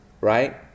right